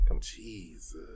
Jesus